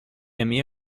emmy